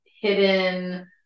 hidden